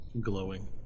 Glowing